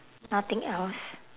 nothing else